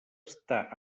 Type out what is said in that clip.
està